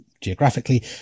geographically